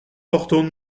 partons